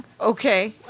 okay